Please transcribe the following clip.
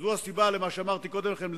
זאת הסיבה למה שאמרתי קודם לכן,